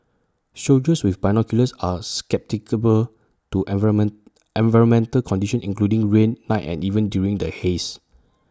soldiers with binoculars are to environment environmental conditions including rain night and even during the haze